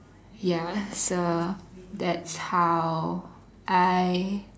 ya so that's how I